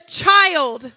child